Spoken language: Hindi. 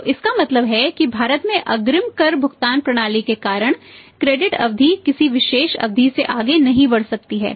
तो अब एनपीवी हो जाती है